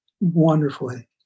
wonderfully